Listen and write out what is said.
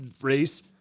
Race